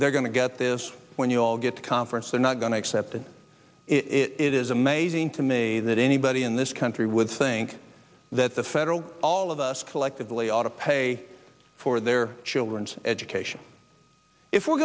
they're going to get this when you all get to conference they're not going to accept it it is amazing to me that anybody in this country would think that the federal all of us collectively ought to pay for their children's education if we're